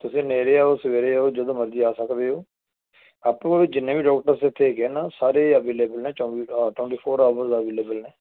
ਤੁਸੀਂ ਨੇਹਰੇ ਆਓ ਸਵੇਰੇ ਆਓ ਜਦੋਂ ਮਰਜੀ ਆ ਸਕਦੇ ਹੋ ਆਪਾਂ ਕੋਲ ਜਿੰਨੇ ਵੀ ਡੋਕਟਰ ਇੱਥੇ ਹੈਗੇ ਆ ਨਾ ਸਾਰੇ ਅਵੇਲੇਬਲ ਨੇ ਚੌਵੀ ਅ ਟਵੈਂਟੀ ਫੋਰ ਹਾਵਰ ਅਵੇਲੇਬਲ ਨੇ